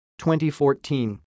2014